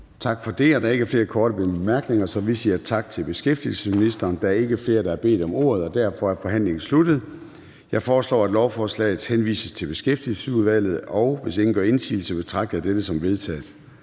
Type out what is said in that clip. Tak for det, og der er ikke flere korte bemærkninger, så vi siger tak til beskæftigelsesministeren. Der er ikke flere, der har bedt om ordet, og derfor er forhandlingen sluttet. Jeg foreslår, at lovforslaget henvises til Beskæftigelsesudvalget, og hvis ingen gør indsigelse, betragter jeg dette som vedtaget.